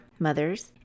Mothers